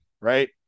right